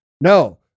No